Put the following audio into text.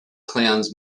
clowns